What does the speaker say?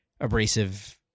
abrasive